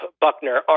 Buckner